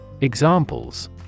Examples